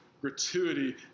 gratuity